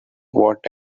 what